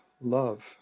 love